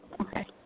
Okay